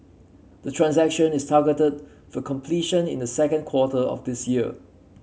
the transaction is targeted for completion in the second quarter of this year